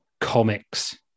comics